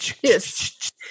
Yes